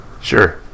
Sure